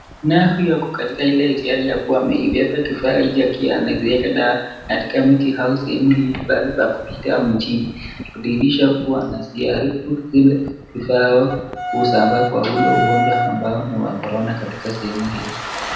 Na huyu yuko katika ile hali ya kuwa wamebeba vifaa vya kiafya na wameenda katika miti hao sehemu hii pale kwa kupita mjini. Kudhirisha kuwa na ziara zile vifaa vya kukusanya kwa ule ugonjwa ambao ni waCorona katika sehemu hili.